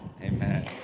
Amen